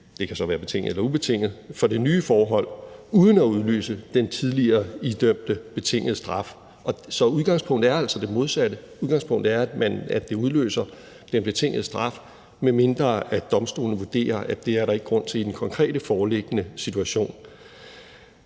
at idømme straf, betinget eller ubetinget, for det nye forhold uden at udløse den tidligere idømte betingede straf. Så udgangspunktet er altså det modsatte. Udgangspunktet er, at det udløser den betingede straf, medmindre domstolene vurderer, at der ikke er grund til det i den konkrete foreliggende situation.